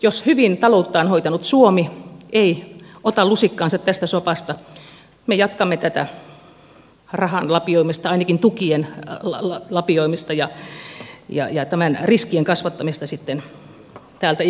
jos hyvin talouttaan hoitanut suomi ei ota lusikkaansa tästä sopasta me jatkamme tätä rahan lapioimista ainakin tukien lapioimista ja riskien kasvattamista sitten täältä ikuisuuteen